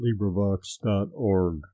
LibriVox.org